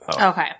Okay